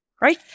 right